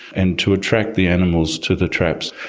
and to attract the animals to the traps.